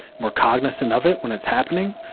more cognizant of it when it's happening,